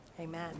amen